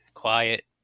quiet